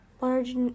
Large